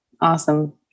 Awesome